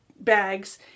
bags